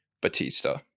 Batista